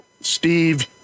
Steve